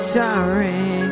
sorry